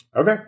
Okay